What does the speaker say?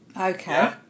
Okay